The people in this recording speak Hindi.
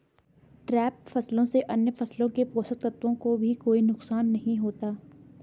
ट्रैप फसलों से अन्य फसलों के पोषक तत्वों को भी कोई नुकसान नहीं होता